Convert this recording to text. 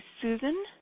Susan